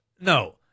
No